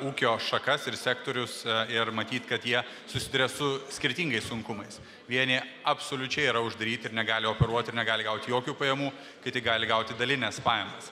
ūkio šakas ir sektorius ir matyt kad jie susiduria su skirtingais sunkumais vieni absoliučiai yra uždaryti ir negali operuoti ir negali gauti jokių pajamų kiti gali gauti dalines pajamas